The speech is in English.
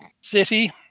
city